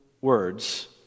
words